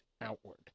outward